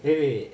wait wait